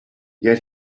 yet